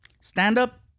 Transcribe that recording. Stand-up